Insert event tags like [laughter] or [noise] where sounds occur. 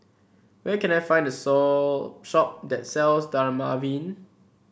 where can I find the [unintelligible] shop that sells Dermaveen